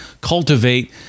cultivate